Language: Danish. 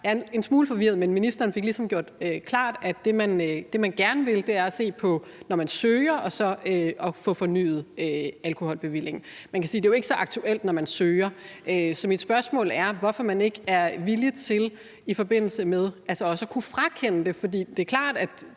jeg er en smule forvirret. Men ministeren fik ligesom gjort klart, at det, man gerne vil, er at se på, når man søger om eller skal have fornyet en alkoholbevilling. Man kan sige, at det jo ikke er så aktuelt, når man søger, så mit spørgsmål er, hvorfor man ikke er villig til også at kunne frakende det. For det er klart, at